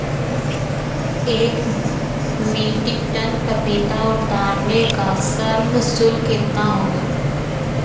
एक metric tonne पपीता उतारने का श्रम शुल्क कितना होगा?